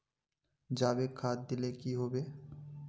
जाबे खाद दिले की होबे?